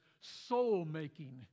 soul-making